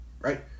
right